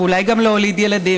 ואולי גם להוליד ילדים,